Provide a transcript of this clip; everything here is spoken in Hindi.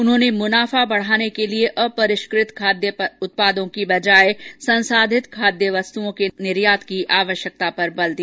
उन्होंने मुनाफा बढ़ाने के लिए अपरिष्कृत खाद्य उत्पादों की बजाय संसाधित खाद्य वस्तुओं के निर्यात की आवश्यकता पर बल दिया